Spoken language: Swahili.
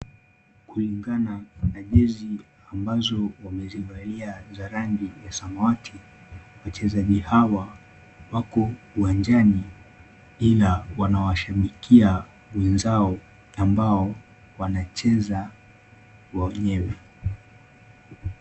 Kulingana na jezi ambazo wamezivalia za rangi ya samawati, wachezaji hawa wako uwanjani ila wanawashabikia wenzao ambao wanacheza wenyewe.